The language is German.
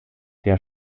der